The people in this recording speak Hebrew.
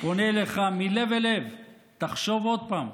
פונה אליך מלב אל לב: תחשוב עוד פעם.